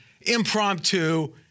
impromptu